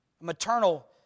Maternal